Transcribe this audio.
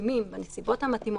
זאת אומרת,